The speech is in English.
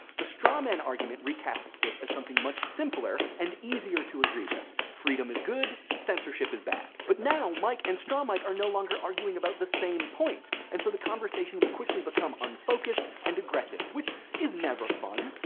the straw man argument recasts this as something much simpler and easier to agree with. freedom is good. censorship is bad. but now mike and straw mike are no longer arguing about the same point. and so the conversation will quickly become unfocused and aggressive, which is never fun.